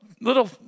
little